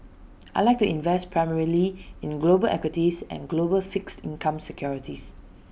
I Like to invest primarily in global equities and global fixed income securities